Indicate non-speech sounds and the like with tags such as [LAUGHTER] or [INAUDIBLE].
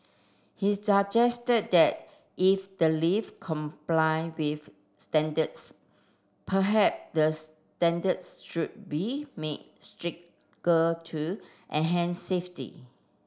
he suggested that if the lift complied with standards [UNINTELLIGIBLE] the standards should be made stricter to enhance safety